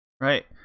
Right